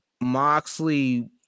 Moxley